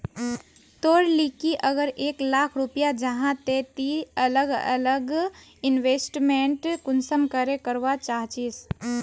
तोर लिकी अगर एक लाख रुपया जाहा ते ती अलग अलग इन्वेस्टमेंट कुंसम करे करवा चाहचिस?